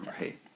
Right